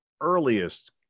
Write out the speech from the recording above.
earliest